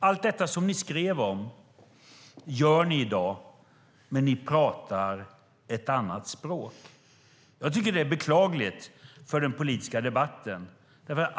Allt detta som ni skrev om gör ni i dag, men ni talar ett annat språk. Jag tycker att det är beklagligt för den politiska debatten.